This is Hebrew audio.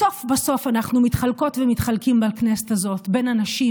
בסוף בסוף אנחנו מתחלקות ומתחלקים בכנסת הזאת בין אנשים